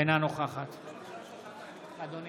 אינה נוכחת מי